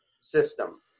system